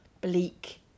bleak